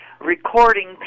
recording